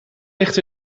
ligt